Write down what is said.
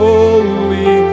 Holy